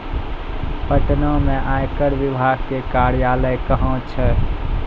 पटना मे आयकर विभागो के कार्यालय कहां छै?